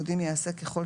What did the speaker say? למידה בדרך אחרת